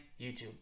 YouTube